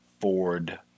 Ford